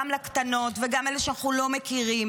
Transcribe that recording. גם לקטנות וגם לאלה שאנחנו לא מכירים,